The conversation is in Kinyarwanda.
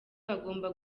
bagomba